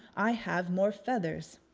i have more feathers.